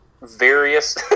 various